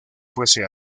fuese